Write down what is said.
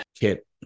kit